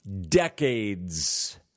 decades